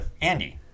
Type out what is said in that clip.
Andy